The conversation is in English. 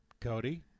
Cody